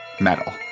metal